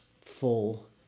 full